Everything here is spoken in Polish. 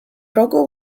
wrogo